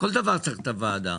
כל דבר צריך את הוועדה.